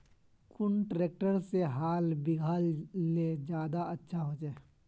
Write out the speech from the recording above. कुन ट्रैक्टर से हाल बिगहा ले ज्यादा अच्छा होचए?